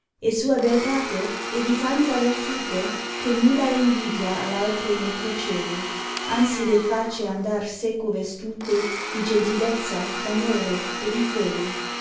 e sua beltate è di tanta vertute che nulla invidia all'altre ne procede atizi le face andar seco vestute di gentilezza d amore e di fede